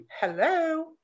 hello